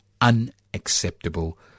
unacceptable